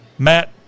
Matt